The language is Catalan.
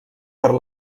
per